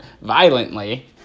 violently